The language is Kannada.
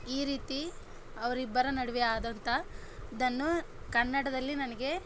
ಈ ರೀತಿ ಅವರಿಬ್ಬರ ನಡುವೆ ಆದಂಥದ್ದನ್ನು ಕನ್ನಡದಲ್ಲಿ ನನಗೆ